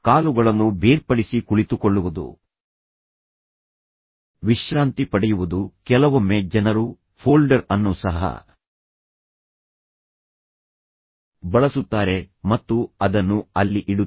ಕಾಲುಗಳನ್ನು ಬೇರ್ಪಡಿಸಿ ಕುಳಿತುಕೊಳ್ಳುವುದು ವಿಶ್ರಾಂತಿ ಪಡೆಯುವುದು ಕೆಲವೊಮ್ಮೆ ಜನರು ಫೋಲ್ಡರ್ ಅನ್ನು ಸಹ ಬಳಸುತ್ತಾರೆ ಮತ್ತು ಅದನ್ನು ಅಲ್ಲಿ ಇಡುತ್ತಾರೆ